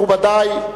מכובדי,